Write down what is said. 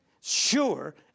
sure